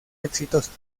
exitosos